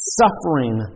suffering